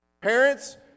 Parents